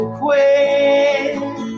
quit